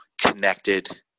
connected